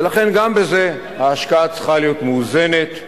ולכן, גם בזה ההשקעה צריכה להיות מאוזנת וסבירה.